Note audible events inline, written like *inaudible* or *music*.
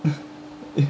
*laughs*